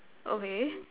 okay